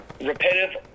repetitive